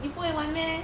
你不会玩 meh